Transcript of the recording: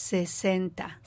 Sesenta